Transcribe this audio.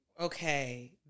okay